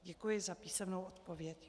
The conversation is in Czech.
Děkuji za písemnou odpověď.